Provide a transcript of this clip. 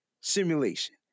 simulation